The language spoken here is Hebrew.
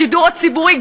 השידור הציבורי,